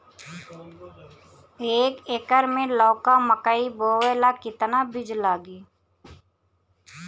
एक एकर मे लौका मकई बोवे ला कितना बिज लागी?